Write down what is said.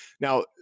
Now